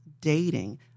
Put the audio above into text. dating